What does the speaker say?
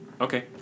Okay